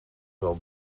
wel